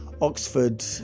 Oxford